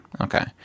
Okay